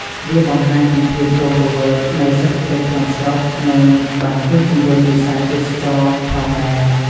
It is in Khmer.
វាបង្ហាញពីភាពរស់រវើកនៃសេដ្ឋកិច្ចក្នុងស្រុក និងបានជួយជំរុញវិស័យទេសចរណ៍ផងដែរ។